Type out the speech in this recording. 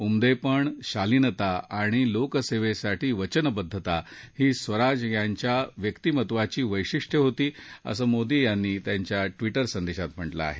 उमदेपण शालीनता आणि लोकसेवेसाठी वचनबद्धता ही स्वराज यांच्या व्यक्तीमत्वाची वशिष्य होती असं मोदी यांनी त्यांच्या ट्विटर संदेशात म्हटलं आहे